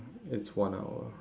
it's one hour